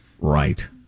right